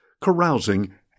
carousing